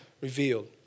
revealed